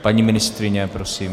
Paní ministryně, prosím.